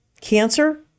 cancer